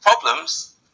problems